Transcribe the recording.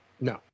No